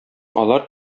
алар